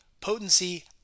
potency